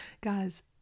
guys